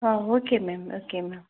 ah okay ma'am okay ma'am